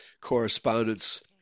correspondence